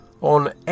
on